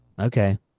Okay